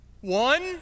One